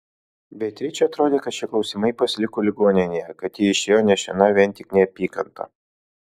beatričei atrodė kad šie klausimai pasiliko ligoninėje kad ji išėjo nešina vien tik neapykanta